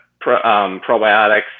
probiotics